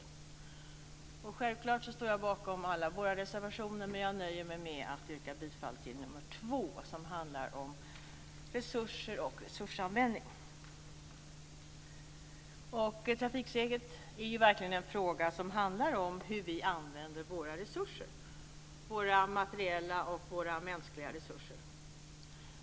Självklart står jag bakom alla våra reservationer, men jag nöjer mig med att yrka bifall till reservation nr 2, som handlar om resurser och resursanvändning. Trafik är verkligen en fråga som rör sig om hur vi använder våra resurser, materiella och mänskliga.